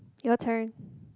your turn